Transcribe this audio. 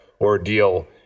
ordeal